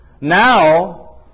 now